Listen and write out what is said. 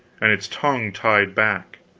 and its tongue tied back.